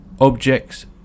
Objects